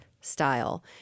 style